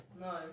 No